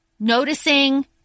noticing